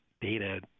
data